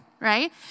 right